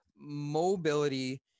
mobility